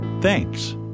Thanks